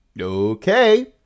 Okay